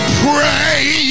pray